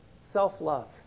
self-love